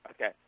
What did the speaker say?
Okay